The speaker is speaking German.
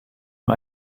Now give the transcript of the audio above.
nur